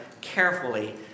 carefully